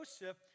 Joseph